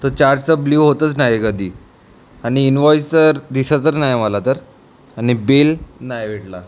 तो चार्जचा ब्ल्यू होतंच नाही कधी आणि इन्व्हॉईस तर दिसलं तर नाही मला तर आणि बिल नाही भेटला